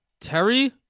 Terry